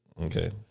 Okay